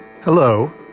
hello